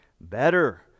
better